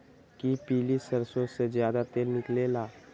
कि पीली सरसों से ज्यादा तेल निकले ला?